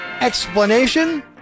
Explanation